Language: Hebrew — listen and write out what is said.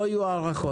לא יהיו הארכות.